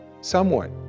somewhat